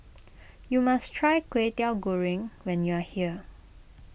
you must try Kway Teow Goreng when you are here